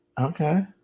Okay